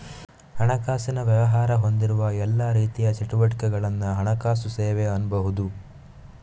ಹಣಕಾಸಿನ ವ್ಯವಹಾರ ಹೊಂದಿರುವ ಎಲ್ಲಾ ರೀತಿಯ ಚಟುವಟಿಕೆಗಳನ್ನ ಹಣಕಾಸು ಸೇವೆ ಅನ್ಬಹುದು